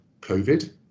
COVID